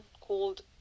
called